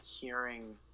hearing